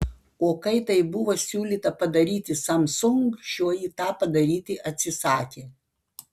o kai tai buvo siūlyta padaryti samsung šioji tą padaryti atsisakė